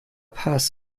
paz